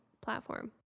platform